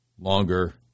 longer